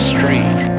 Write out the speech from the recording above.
Street